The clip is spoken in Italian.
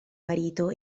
marito